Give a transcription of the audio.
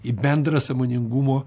į bendrą sąmoningumo